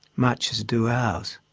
much as do ours.